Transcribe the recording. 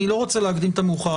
אני לא רוצה להקדים את המאוחר.